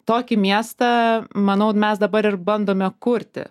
tokį miestą manau mes dabar ir bandome kurti